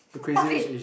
stop it